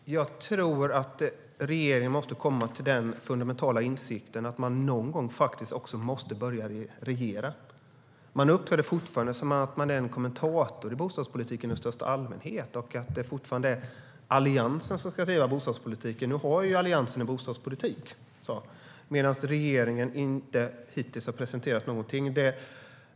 Herr talman! Jag tror att regeringen måste komma till den fundamentala insikten att man någon gång faktiskt måste börja regera. Man uppträder fortfarande som att man är en kommentator i bostadspolitiken i största allmänhet och att det fortfarande är Alliansen som ska driva bostadspolitiken. Nu har Alliansen en bostadspolitik, medan regeringen hittills inte har presenterat någonting.